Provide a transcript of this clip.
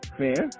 fair